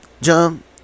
jump